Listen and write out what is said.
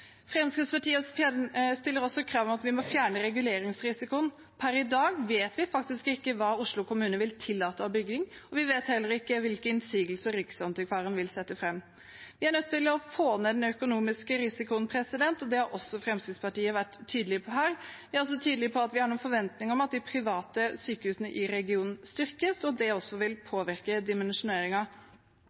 stiller også krav om at vi må fjerne reguleringsrisikoen. Per i dag vet vi faktisk ikke hva Oslo kommune vil tillate av bygging, og vi vet heller ikke hvilke innsigelser Riksantikvaren vil sette fram. Vi er nødt til å få ned den økonomiske risikoen, og det har også Fremskrittspartiet vært tydelig på. Vi er også tydelig på at vi har noen forventninger om at de private sykehusene i regionen styrkes, og at det også vil påvirke